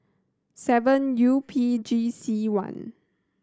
seven U P G C one